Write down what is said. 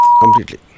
completely